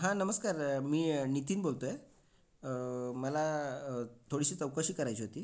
हां नमस्कार मी नितीन बोलतोय मला थोडीशी चौकशी करायची होती